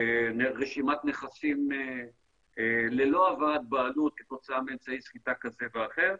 רשימת נכסים ללא העברת בעלות כתוצאה מאמצעי סחיטה כזה או אחר.